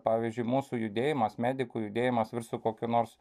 pavyzdžiui mūsų judėjimas medikų judėjimas virstų kokiu nors